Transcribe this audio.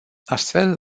astfel